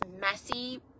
messy